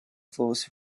force